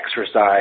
exercise